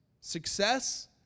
Success